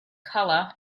color